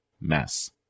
mess